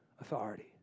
authority